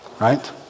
Right